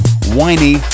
Whiny